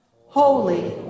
Holy